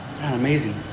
Amazing